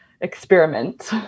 experiment